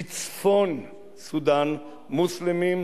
מצפון סודן, מוסלמים,